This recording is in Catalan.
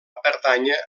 pertànyer